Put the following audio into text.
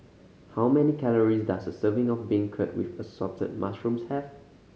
how many calories does a serving of beancurd with Assorted Mushrooms have